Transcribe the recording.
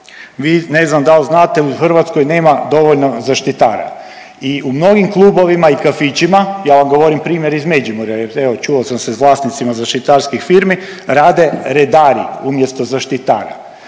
Vi, ne znam da li znate, u Hrvatskoj nema dovoljno zaštitara i u mnogim klubovima i kafićima, ja vam govorim primjer iz Međimurja jer, evo, čuo sam se s vlasnicima zaštitarskih firmi, rade redari umjesto zaštitara,